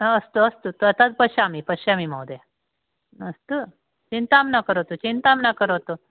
अस्तु अस्तु त तद् पश्यामि पश्यामि महोदय अस्तु चिन्तां न करोतु चिन्तां न करोतु